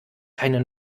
keine